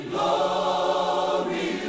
Glory